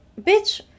Bitch